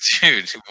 dude